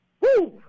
Woo